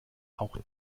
auch